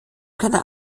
kleiner